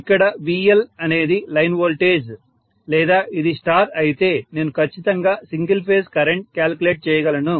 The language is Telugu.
ఇక్కడ VL అనేది లైన్ వోల్టేజ్ లేదా ఇది స్టార్ అయితే నేను ఖచ్చితంగా సింగిల్ ఫేజ్ కరెంట్ క్యాలిక్యులేట్ చేయగలను